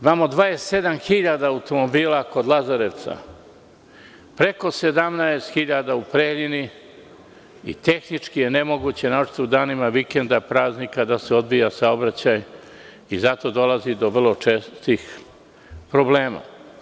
Imamo 27 hiljada automobila kod Lazarevca, preko 17 hiljada u Preljini i tehnički je nemoguće, naročito u danima vikenda i praznika da se odvija saobraćaj i zato dolazi do vrlo čestih problema.